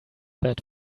that